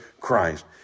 Christ